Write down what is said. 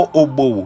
obo